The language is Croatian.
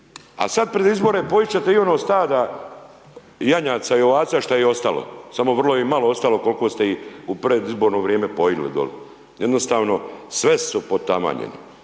a sad pred izbore pojist će te i ono stada janjaca i ovaca što ih je ostalo, samo vrlo ih je malo ostalo kol'ko ste ih u predizborno vrijeme pojili doli, jednostavno sve su potamanjeni